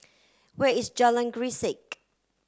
where is Jalan Grisek